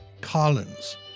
Collins